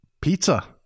Pizza